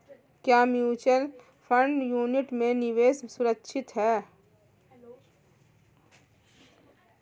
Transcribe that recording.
क्या mutual fund unit में निवेश सुरक्षित है?